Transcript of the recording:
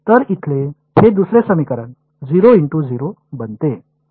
तर इथले हे दुसरे समीकरण बनते